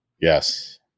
Yes